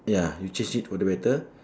ya you change it for the better